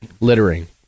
littering